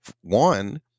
one